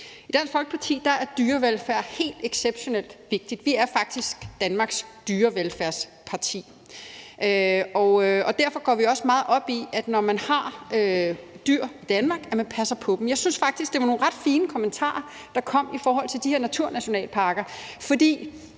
Dansk Folkeparti er dyrevelfærd helt exceptionelt vigtigt. Vi er faktisk Danmarks dyrevelfærdsparti. Derfor går vi også meget op i, at når man har dyr i Danmark, passer man på dem. Jeg synes faktisk, det var nogle ret fine kommentarer, der kom i forhold til de her naturnationalparker,